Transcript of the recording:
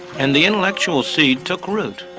and the intellectual seed took root.